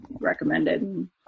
recommended